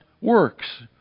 works